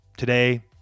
today